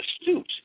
astute